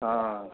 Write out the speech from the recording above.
हँ